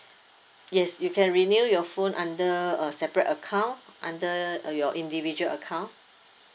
yes you can renew your phone under a separate account under err your individual account